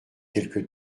quelque